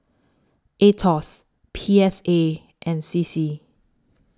Aetos P S A and C C